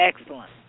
Excellent